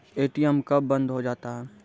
ATM कब बंद हो जाता हैं?